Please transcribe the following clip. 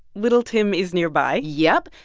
little tim is nearby yep.